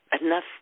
enough